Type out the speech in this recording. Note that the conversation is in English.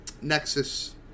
Nexus